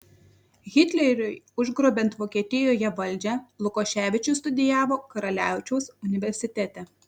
hitleriui užgrobiant vokietijoje valdžią lukoševičius studijavo karaliaučiaus universitete